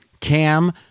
Cam